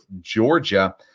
Georgia